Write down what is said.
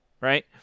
right